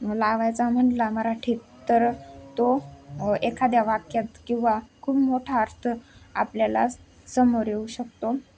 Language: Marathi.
लावायचा म्हटला मराठीत तर तो एखाद्या वाक्यात किंवा खूप मोठा अर्थ आपल्याला समोर येऊ शकतो